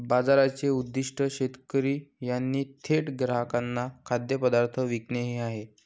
बाजाराचे उद्दीष्ट शेतकरी यांनी थेट ग्राहकांना खाद्यपदार्थ विकणे हे आहे